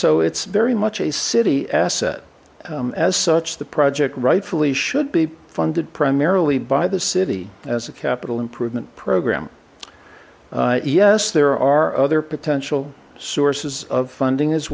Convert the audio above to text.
so it's very much a city asset as such the project rightfully should be funded primarily by the city as a capital improvement program yes there are other potential sources of funding as